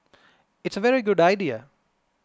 it's a very good idea